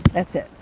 that's it.